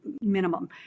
minimum